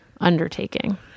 undertaking